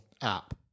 app